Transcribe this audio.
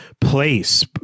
place